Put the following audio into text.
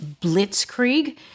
blitzkrieg